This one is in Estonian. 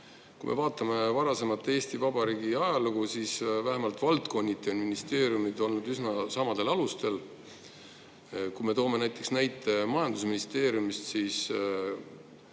Kui me vaatame Eesti Vabariigi ajalugu, siis vähemalt valdkonniti on ministeeriumid olnud üsna samadel alustel. Kui me toome näite majandusministeeriumist, siis